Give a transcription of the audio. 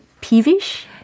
peevish